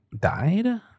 died